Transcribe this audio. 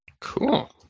Cool